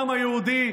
בעם היהודי,